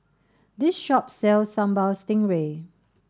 this shop sells Sambal Stingray